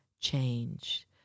change